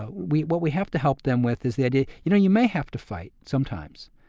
ah we what we have to help them with is the idea you know, you may have to fight sometimes,